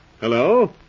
Hello